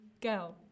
go